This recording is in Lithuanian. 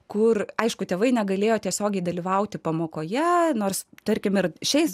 kur aišku tėvai negalėjo tiesiogiai dalyvauti pamokoje nors tarkime šiais